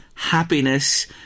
Happiness